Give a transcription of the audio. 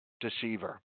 deceiver